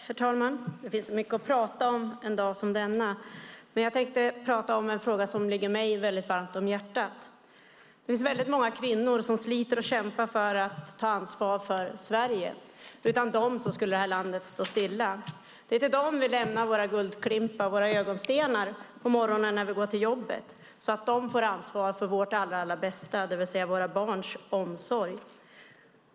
Herr talman! Det finns mycket att prata om en dag som denna. Jag tänkte prata om en fråga som ligger mig väldigt varmt om hjärtat. Det finns väldigt många kvinnor som sliter och kämpar för att ta ansvar för Sverige. Utan dem skulle det här landet stå stilla. Det är till dem vi lämnar våra guldklimpar, våra ögonstenar, på morgonen när vi går till jobbet, så att de får ansvar för vårt allra bästa, det vill säga våra barns omsorg.